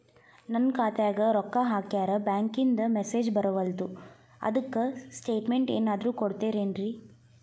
ನನ್ ಖಾತ್ಯಾಗ ರೊಕ್ಕಾ ಹಾಕ್ಯಾರ ಬ್ಯಾಂಕಿಂದ ಮೆಸೇಜ್ ಬರವಲ್ದು ಅದ್ಕ ಸ್ಟೇಟ್ಮೆಂಟ್ ಏನಾದ್ರು ಕೊಡ್ತೇರೆನ್ರಿ?